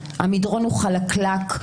המדרון הוא חלקלק,